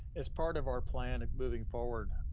as part of our plan of moving forward,